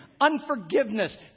unforgiveness